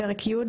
פרק י'.